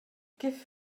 give